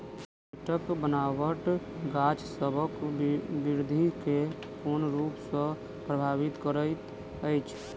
माइटक बनाबट गाछसबक बिरधि केँ कोन रूप सँ परभाबित करइत अछि?